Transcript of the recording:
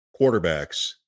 quarterbacks